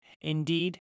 Indeed